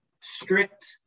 strict